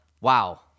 wow